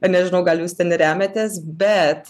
nežinau gal jūs ten ir remiatės bet